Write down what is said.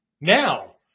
Now